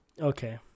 Okay